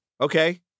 Okay